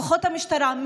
כוחות המשטרה,